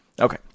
Okay